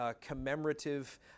commemorative